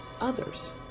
others